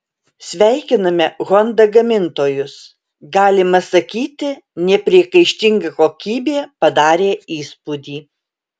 sveikiname honda gamintojus galima sakyti nepriekaištinga kokybė padarė įspūdį